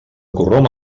corromp